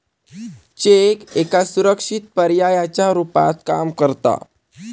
check एका सुरक्षित पर्यायाच्या रुपात काम करता